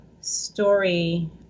story